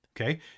Okay